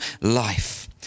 life